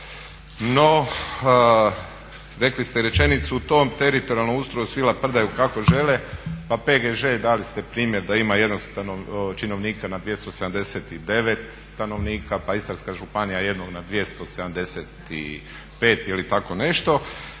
No rekli ste rečenicu o tom teritorijalnom ustroju svi laprdaju kako žele, pa PGŽ dali ste primjer da ima 1činovnika na 279 stanovnika, pa Istarska županija 1 na 275 ili tako nešto.